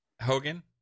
Hogan